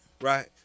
Right